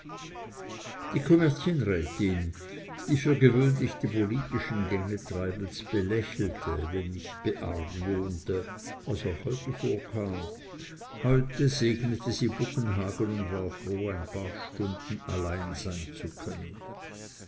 die kommerzienrätin die für gewöhnlich die politischen gänge treibels belächelte wenn nicht beargwohnte was auch vorkam heute segnete sie buggenhagen und war froh ein paar stunden allein sein zu können